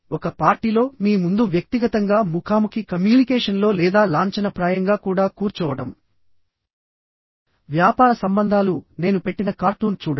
ఒక పార్టీలో మీ ముందు వ్యక్తిగతంగా ముఖాముఖి కమ్యూనికేషన్లో లేదా లాంఛనప్రాయంగా కూడా కూర్చోవడం వ్యాపార సంబంధాలు నేను పెట్టిన కార్టూన్ చూడండి